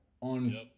on